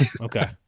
Okay